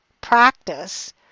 practice